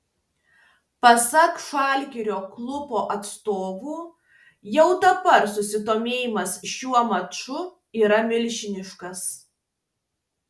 pasak žalgirio klubo atstovų jau dabar susidomėjimas šiuo maču yra milžiniškas